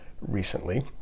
recently